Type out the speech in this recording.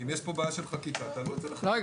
אם יש פה בעיה של חקיקה תעלו את זה לחקיקה.